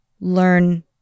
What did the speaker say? learn